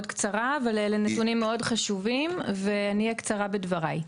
ואלה נתונים מאוד חשובים ואני אהיה קצרה בדבריי.